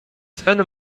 sen